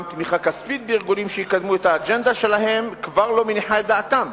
גם תמיכה כספית בארגונים שיקדמו את האג'נדה שלהם כבר לא מניחה את דעתם.